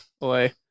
Boy